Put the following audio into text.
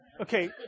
Okay